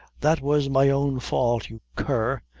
that was my own fault, you cur.